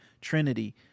Trinity